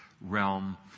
Realm